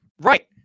Right